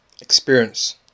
Experience